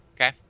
Okay